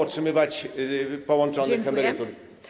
otrzymywać połączonych emerytur.